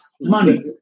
money